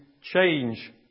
change